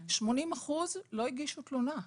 שמונים אחוז לא הגישו תלונה,